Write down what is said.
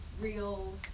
real